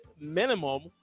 minimum